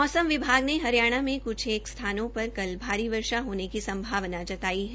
मौसम विभाग ने हरियाणा में कुछ स्थानों पर कल भारी वर्षा होने की संभावना जताई है